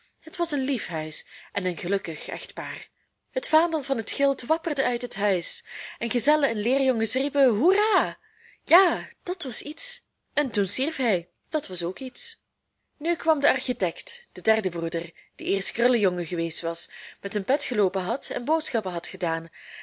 het was een lief huis en een gelukkig echtpaar het vaandel van het gild wapperde uit het huis en gezellen en leerjongens riepen hoera ja dat was iets en toen stierf hij dat was ook iets nu kwam de architect de derde broeder die eerst krullejongen geweest was met een pet geloopen had en boodschappen had gedaan